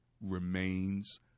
remains